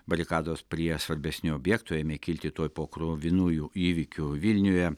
barikados prie svarbesnių objektų ėmė kilti tuoj po kruvinųjų įvykių vilniuje